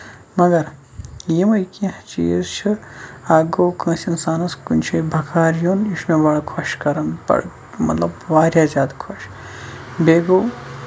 مَگر یِمَے کیٚنٛہہ چیٖز چھُ اکھ گوٚو کٲنٛسہِ اِنسانَس کُنہِ شایہِ بَکار یُن یہِ چھُ مےٚ واریاہ خۄش کران پَتہٕ مطلب واریاہ زیادٕ خۄش بیٚیہِ گوٚو